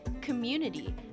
community